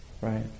right